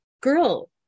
Girl